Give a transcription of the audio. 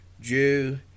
Jew